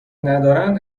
ندارند